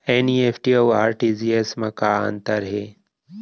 NEFT अऊ RTGS मा का अंतर हे?